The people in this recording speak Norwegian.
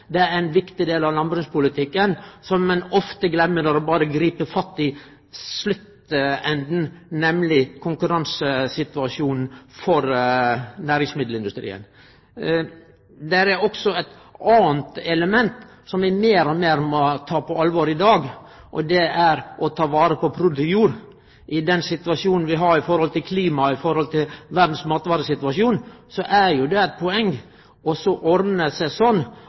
Det er ein viktig del av landbrukspolitikken som ein ofte gløymer når ein berre grip fatt i sluttenden, nemleg konkurransesituasjonen for næringsmiddelindustrien. Det er også eit anna element som vi meir og meir må ta på alvor i dag, og det er å ta vare på produktiv jord. I den situasjonen vi har når det gjeld klima, og når det gjeld verdas matvaresituasjon, er det eit poeng å ordne seg sånn